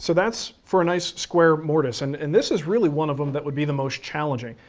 so that's for a nice square mortise and and this is really one of them that would be the most challenging.